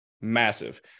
Massive